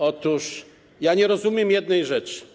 Otóż nie rozumiem jednej rzeczy.